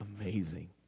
amazing